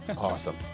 awesome